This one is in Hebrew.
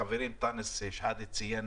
חברי אנטאנס שחאדה ציין